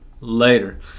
later